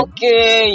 Okay